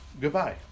Goodbye